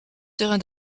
terrain